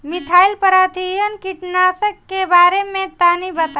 Methyl parathion कीटनाशक के बारे में तनि बताई?